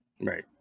right